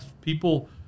people